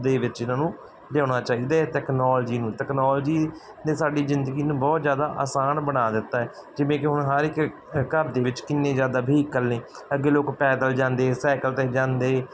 ਦੇ ਵਿੱਚ ਇਹਨਾਂ ਨੂੰ ਲਿਆਉਣਾ ਚਾਹੀਦਾ ਤੈਕਨੋਲਜੀ ਨੂੰ ਤੈਕਨੋਲਜੀ ਨੇ ਸਾਡੀ ਜ਼ਿੰਦਗੀ ਨੂੰ ਬਹੁਤ ਜ਼ਿਆਦਾ ਆਸਾਨ ਬਣਾ ਦਿੱਤਾ ਹੈ ਜਿਵੇਂ ਕਿ ਹੁਣ ਹਰ ਇੱਕ ਘਰ ਦੇ ਵਿੱਚ ਕਿੰਨੇ ਜ਼ਿਆਦਾ ਵਹੀਕਲ ਨੇ ਅੱਗੇ ਲੋਕ ਪੈਦਲ ਜਾਂਦੇ ਸਾਈਕਲ 'ਤੇ ਜਾਂਦੇ